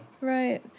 Right